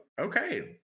okay